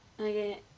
Okay